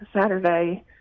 Saturday